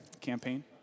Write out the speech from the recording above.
Campaign